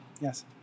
Yes